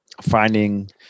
Finding